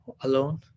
alone